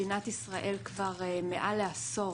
מדינת ישראל כבר מעל לעשור,